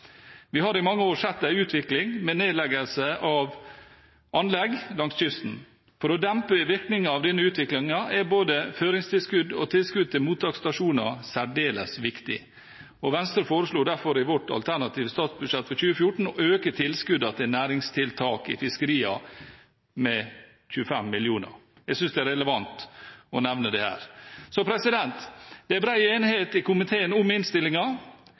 Vi har i mange år sett en utvikling med nedleggelse av anlegg langs kysten. For å dempe virkningene av denne utviklingen er både føringstilskudd og tilskudd til mottaksstasjoner særdeles viktig. Venstre foreslo derfor i vårt alternative statsbudsjett for 2014 å øke tilskuddene til næringstiltak i fiskeriene med 25 mill. kr. Jeg syns det er relevant å nevne det her. Det er bred enighet i komiteen om